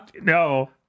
No